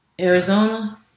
Arizona